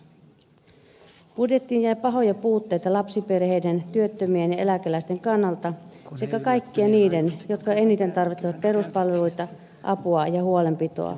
budjettiin jää pahoja puutteita lapsiperheiden työttömien ja eläkeläisten kannalta sekä kaikkien niiden jotka eniten tarvitsevat peruspalveluita apua ja huolenpitoa